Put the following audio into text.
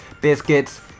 Biscuits